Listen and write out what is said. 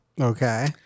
Okay